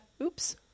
Oops